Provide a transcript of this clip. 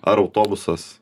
ar autobusas